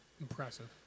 impressive